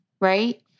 right